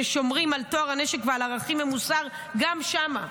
ששומרים על טוהר הנשק ועל ערכים ומוסר גם שם.